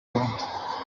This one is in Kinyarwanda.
rwanda